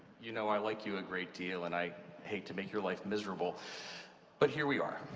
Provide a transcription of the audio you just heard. you know i like you a great deal and i hate to make your life miserable but here we are.